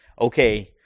okay